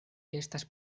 estas